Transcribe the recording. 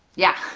yeah.